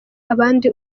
abandi